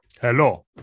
Hello